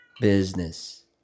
Business